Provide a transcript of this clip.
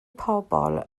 pobl